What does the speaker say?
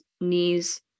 knees